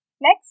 Next